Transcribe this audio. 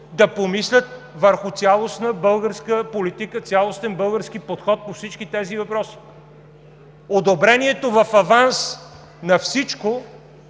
да помислят върху цялостна българска политика, цялостен български подход по всички тези въпроси! Одобрението в аванс на всичко